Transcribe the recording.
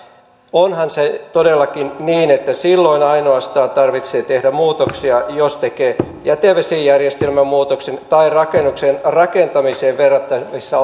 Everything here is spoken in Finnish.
onhan se todellakin niin että silloin ainoastaan tarvitsee tehdä muutoksia jos tekee jätevesijärjestelmän muutoksen tai rakennuksen rakentamiseen verrattavissa